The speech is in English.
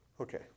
Okay